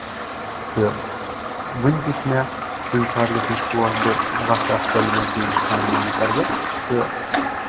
تہٕ وٕنۍ تہِ چھِ مےٚ کُنہِ ساتہٕ گژھان شوق بہٕ وَسہٕ اَتھ کۄلہِ منٛز بیٚیہِ یہِ سران وان کَرٕ بہٕ تہٕ